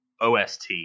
OST